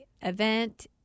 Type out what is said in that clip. event